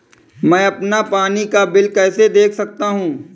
मैं अपना पानी का बिल कैसे देख सकता हूँ?